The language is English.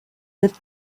lived